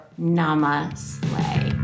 namaste